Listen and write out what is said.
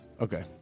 Okay